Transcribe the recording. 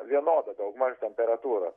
vienoda daugmaž temperatūra